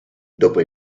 dopo